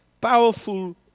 powerful